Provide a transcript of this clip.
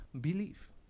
belief